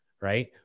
Right